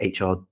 HR